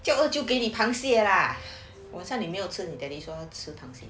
叫二舅给你螃蟹 lah 我好像没有跟你 daddy 说吃螃蟹